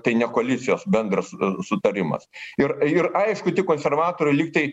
tai ne koalicijos bendras sutarimas ir ir aišku tik konservatoriai lygtai